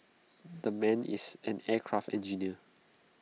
the man is an aircraft engineer